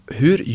hur